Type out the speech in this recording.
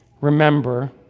remember